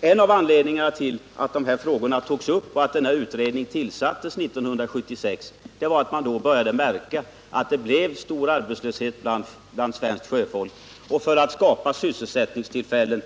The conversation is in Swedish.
En av anledningarna till att dessa frågor togs upp och att denna utredning tillsattes 1976 var att man då började märka att det blev stor arbetslöshet bland svenskt sjöfolk. För att skapa sysselsättningstillfällen